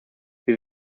wie